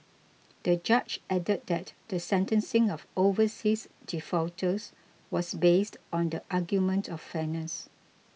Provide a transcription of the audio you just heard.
the judge added that the sentencing of overseas defaulters was based on the argument of fairness